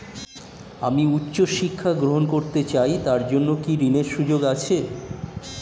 আমি উচ্চ শিক্ষা গ্রহণ করতে চাই তার জন্য কি ঋনের সুযোগ আছে?